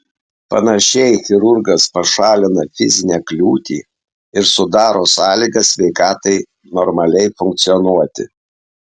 panašiai chirurgas pašalina fizinę kliūtį ir sudaro sąlygas sveikatai normaliai funkcionuoti